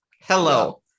hello